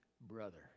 brother